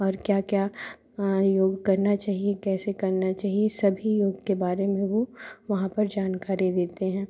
और क्या क्या योग करना चाहिए कैसे करना चाहिए सभी योग के बारे में वो वहाँ पर जानकारी देते हैं